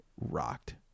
rocked